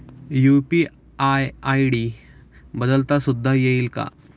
UPI ID बदलता सुद्धा येईल का?